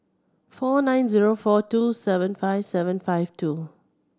four nine zero four two seven five seven five two